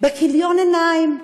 בכיליון עיניים,